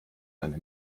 eine